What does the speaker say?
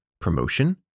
promotion